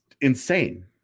insane